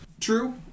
True